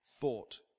thought